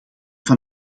van